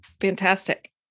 fantastic